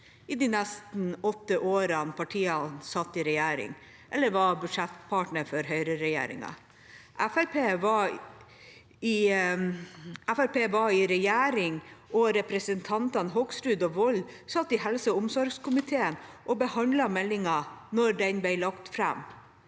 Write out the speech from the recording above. i de nesten åtte årene partiet satt i regjering eller var budsjettpartner for høyreregjeringen. Fremskrittspartiet var i regjering, og representantene Hoksrud og Wold satt i helse- og omsorgskomiteen og behandlet meldingen da den ble lagt fram.